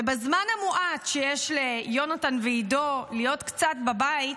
ובזמן המועט שיש ליונתן ועידו להיות קצת בבית,